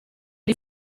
gli